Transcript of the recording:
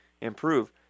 improve